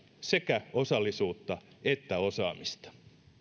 sekä osallisuutta että osaamista